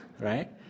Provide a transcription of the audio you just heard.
right